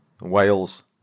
Wales